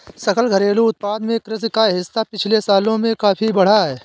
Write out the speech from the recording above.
सकल घरेलू उत्पाद में कृषि का हिस्सा पिछले सालों में काफी बढ़ा है